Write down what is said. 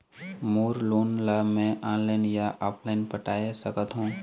मोर loan ला मैं online या ऑफलाइन पटाए सकथों?